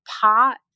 pot